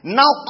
now